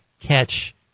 catch